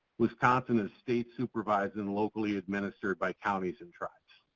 wisconsin is state-supervised and locally administered by counties and tribes.